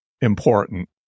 important